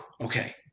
okay